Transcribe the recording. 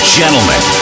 gentlemen